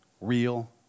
real